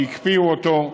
כי הקפיאו אותו,